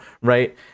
right